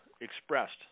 expressed